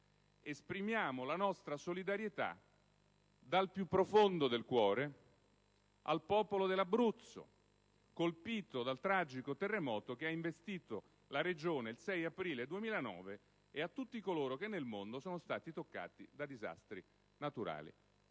esprimiamo la nostra solidarietà dal più profondo del cuore al popolo dell'Abruzzo, colpito dal tragico terremoto che ha investito la regione il 6 aprile 2009 e a tutti coloro che nel mondo sono stati toccati da disastri naturali».